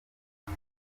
oda